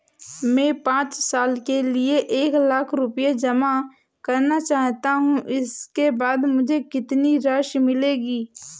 मैं पाँच साल के लिए एक लाख रूपए जमा करना चाहता हूँ इसके बाद मुझे कितनी राशि मिलेगी?